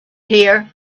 here